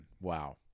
Wow